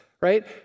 right